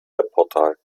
webportal